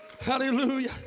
Hallelujah